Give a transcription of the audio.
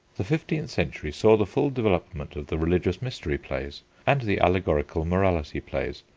the fifteenth century saw the full development of the religious mystery plays, and the allegorical morality plays,